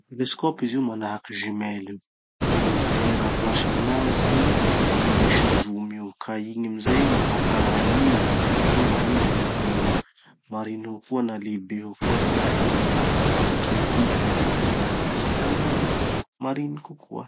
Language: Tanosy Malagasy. Gny teloscope izy io manahaky jumelles io, gny verres miasa aminazy ho misy zoom io ka igny mapagnariny, hotrany hoe mariny ahitavanao, mariny eo koa na lehibe eo koa le raha hentianao lavitsy na ohatsy hoe kintana gny hentianao aminazy da hita aminazy eo mariny kokoa.